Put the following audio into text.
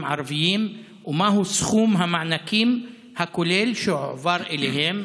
ערביים ומהו סכום המענקים הכולל שהועבר אליהם?